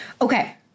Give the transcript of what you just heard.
Okay